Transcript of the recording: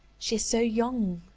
she is so young!